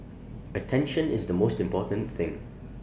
attention is the most important thing